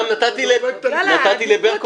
נתתי לברקו ראשונה.